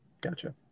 Gotcha